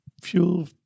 fuel